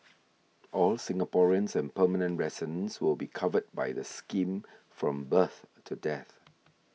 all Singaporeans and permanent residents will be covered by the scheme from birth to death